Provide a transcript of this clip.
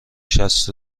شصت